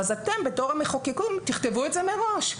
לכן אתם כמחוקקים תכתבו את זה מראש,